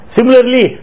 Similarly